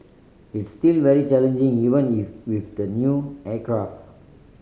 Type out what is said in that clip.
it's still very challenging even if with the new aircraft